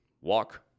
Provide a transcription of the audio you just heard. Walk